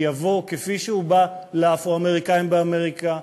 יבוא כפי שהוא בא לאפרו-אמריקנים באמריקה,